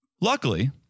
Luckily